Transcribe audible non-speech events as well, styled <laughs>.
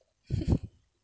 <laughs>